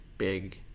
big